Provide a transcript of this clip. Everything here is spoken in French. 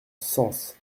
sens